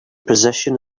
position